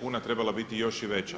kuna trebala biti još i veća.